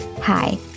Hi